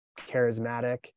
charismatic